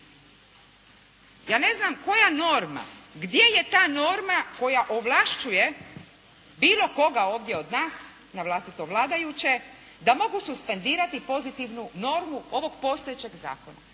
Ja ne znam koja norma, gdje je ta norma koja ovlašćuje bilo koga ovdje od nas na vlastito vladajuće, da mogu suspendirati pozitivnu normu ovog postojećeg zakona.